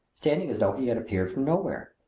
standing as though he had appeared from nowhere.